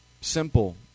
Simple